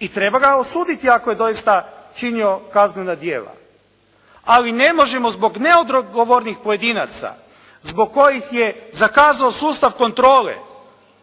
i treba ga osuditi, ako je doista činio kaznena djela. Ali ne možemo zbog neodgovornih pojedinaca zbog kojih je zakazao sustav kontrole